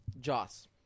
Joss